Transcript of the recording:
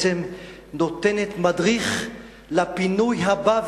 נותנת מדריך לפינוי הבא,